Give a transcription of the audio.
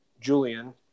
Julian